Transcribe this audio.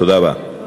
תודה רבה.